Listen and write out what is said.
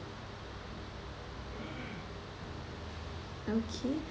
okay